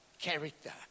character